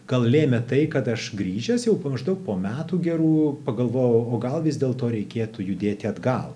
gal lėmė tai kad aš grįžęs jau maždaug po metų gerų pagalvojau o gal vis dėlto reikėtų judėti atgal